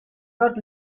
not